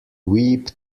weep